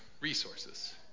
resources